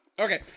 Okay